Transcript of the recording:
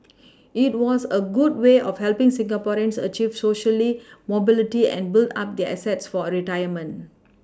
it was a good way of helPing Singaporeans achieve Socially mobility and build up their assets for a retirement